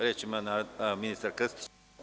Reč ima ministar Krstić.